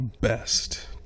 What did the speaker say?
best